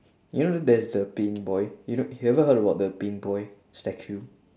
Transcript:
you know there's the peeing boy you know you ever heard about the peeing boy statue